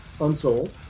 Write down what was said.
unsold